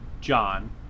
John